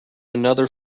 another